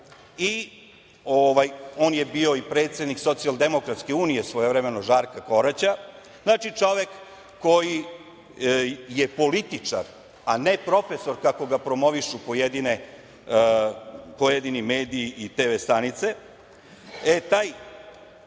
On je bio i predsednik Socijaldemokratske UN svojevremeno Žarka Koraća, znači čovek koji je političar, a ne profesor kako ga promovišu pojedini mediji i TV stanice. Taj